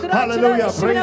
Hallelujah